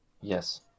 Yes